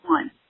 one